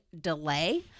delay